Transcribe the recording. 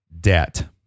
debt